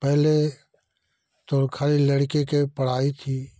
पहले तो खाली लड़के के पढ़ाई थी